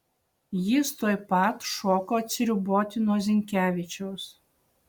jis tuoj pat šoko atsiriboti nuo zinkevičiaus